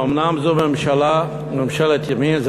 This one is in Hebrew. האומנם זו ממשלת ימין?